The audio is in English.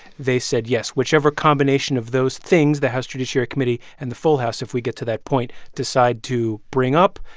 they said yes, whichever combination of those things the house judiciary committee and the full house, if we get to that point, decide to bring up,